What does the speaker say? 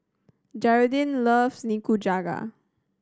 Geraldine loves Nikujaga